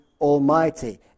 Almighty